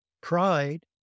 Pride